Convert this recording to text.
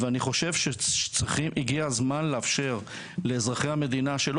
אני חושב שהגיע הזמן לאפשר לאזרחי המדינה שלא